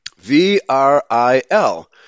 V-R-I-L